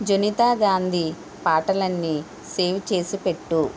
జనిత గాంధీ పాటలన్నీ సేవ్ చేసిపెట్టు